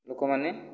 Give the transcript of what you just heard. ଲୋକମାନେ